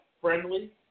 friendly